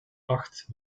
acht